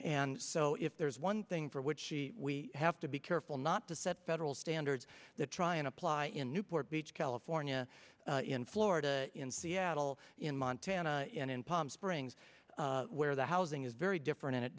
and so if there's one thing for which she we have to be careful not to set federal standards that try and apply in newport beach california in florida in seattle in montana and in palm springs where the housing is very different and it